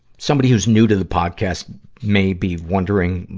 somebody who's new to the podcast may be wondering,